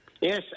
Yes